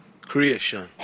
creation